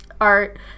art